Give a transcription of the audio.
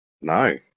No